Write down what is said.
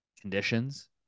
conditions